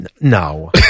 No